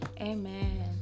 Amen